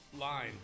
line